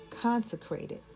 consecrated